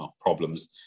problems